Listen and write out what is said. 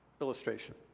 Illustration